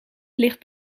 ligt